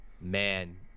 man